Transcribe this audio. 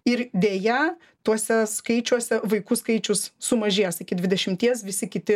ir deja tuose skaičiuose vaikų skaičius sumažės iki dvidešimties visi kiti